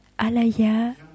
alaya